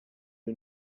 you